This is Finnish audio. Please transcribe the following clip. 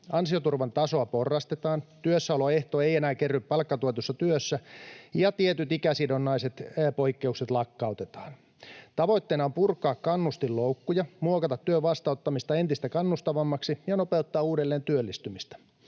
ansioturvan tasoa porrastetaan, työssäoloehto ei enää kerry palkkatuetussa työssä ja tietyt ikäsidonnaiset poikkeukset lakkautetaan. Tavoitteena on purkaa kannustinloukkuja, muokata työn vastaanottamista entistä kannustavammaksi ja nopeuttaa uudelleentyöllistymistä.